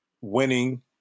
winning